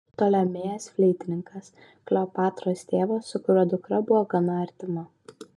ptolemėjas fleitininkas kleopatros tėvas su kuriuo dukra buvo gana artima